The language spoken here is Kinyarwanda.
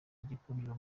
igikundiro